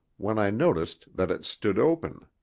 when i noticed that it stood open.